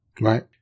right